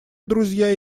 друзья